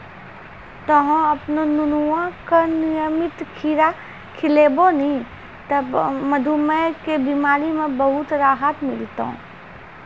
तोहॅ आपनो नुनुआ का नियमित खीरा खिलैभो नी त मधुमेह के बिमारी म बहुत राहत मिलथौं